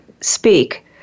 speak